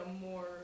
more